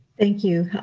thank you.